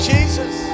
Jesus